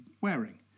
wearing